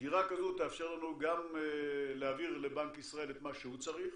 סגירה כזו תאפשר לנו גם להעביר לבנק ישראל את מה שהוא צריך,